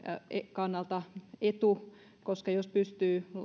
kannalta etu koska jos pystyy